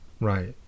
Right